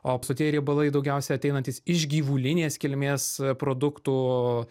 o sotieji riebalai daugiausia ateinantys iš gyvulinės kilmės produktų